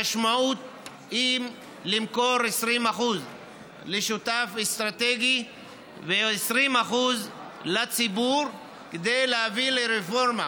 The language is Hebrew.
המשמעות היא למכור 20% לשותף אסטרטגי ו-20% לציבור כדי להביא לרפורמה